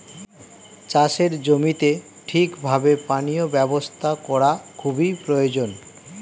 চাষের জমিতে ঠিক ভাবে পানীয় ব্যবস্থা করা খুবই প্রয়োজন